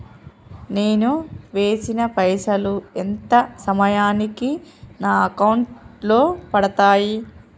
నేను వేసిన పైసలు ఎంత సమయానికి నా అకౌంట్ లో పడతాయి?